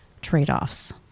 trade-offs